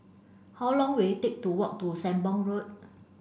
how long will it take to walk to Sembong Road